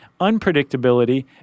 unpredictability